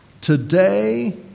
today